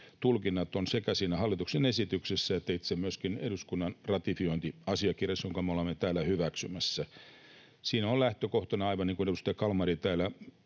tulkinnat ovat sekä siinä hallituksen esityksessä että myöskin itse eduskunnan ratifiointiasiakirjassa, jonka me olemme täällä hyväksymässä. Aivan niin kuin edustaja Kalmari